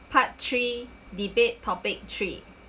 part three debate topic three